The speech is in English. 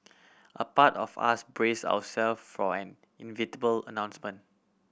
a part of us brace ourself for an inevitable announcement